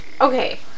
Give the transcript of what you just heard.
Okay